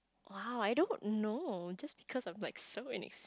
!wow! I don't know just because of like so many